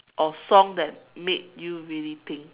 or song that made you really think